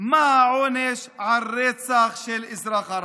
מה העונש על רצח של אזרח ערבי.